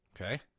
Okay